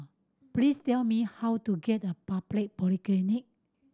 please tell me how to get Republic